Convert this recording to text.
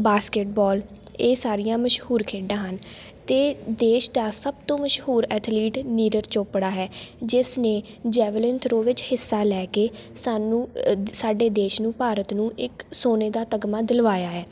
basketball ਇਹ ਸਾਰੀਆਂ ਮਸ਼ਹੂਰ ਖੇਡਾਂ ਹਨ ਅਤੇ ਦੇਸ਼ ਦਾ ਸਭ ਤੋਂ ਮਸ਼ਹੂਰ ਐਥਲੀਟ ਨੀਰਜ ਚੋਪੜਾ ਹੈ ਜਿਸ ਨੇ ਜੈਵਲਿਨ ਥ੍ਰੋਅ ਵਿੱਚ ਹਿੱਸਾ ਲੈ ਕੇ ਸਾਨੂੰ ਸਾਡੇ ਦੇਸ਼ ਨੂੰ ਭਾਰਤ ਨੂੰ ਇੱਕ ਸੋਨੇ ਦਾ ਤਗਮਾ ਦਿਲਵਾਇਆ ਹੈ